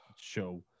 show